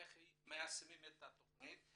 איך מיישמים את התכנית.